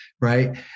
right